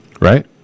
Right